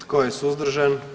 Tko je suzdržan?